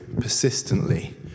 persistently